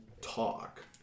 talk